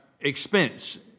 expense